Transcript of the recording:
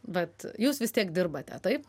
vat jūs vis tiek dirbate taip